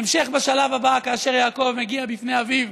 בהמשך, בשלב הבא, כאשר יעקב מגיע לפני אביו